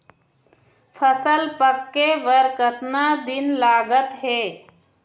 फसल पक्के बर कतना दिन लागत हे?